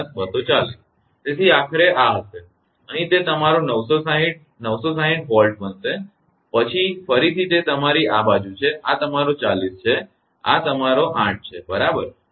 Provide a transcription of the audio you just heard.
તેથી આખરે આ થશે અહીં તે તમારો 960 960 Volt બનશે પછી ફરીથી તે તમારી બાજુ છે આ તમારો 40 છે અને આ તમારો 8 છે બરાબર